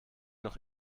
noch